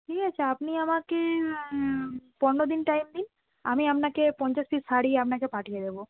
ঠিক আছে আপনি আমাকে পনেরো দিন টাইম দিন আমি আপনাকে পঞ্চাশ পিস শাড়ি আপনাকে পাঠিয়ে দেবো